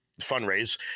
fundraise